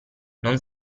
non